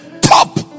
top